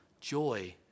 Joy